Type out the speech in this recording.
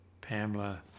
Pamela